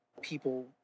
people